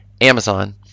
amazon